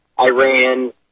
Iran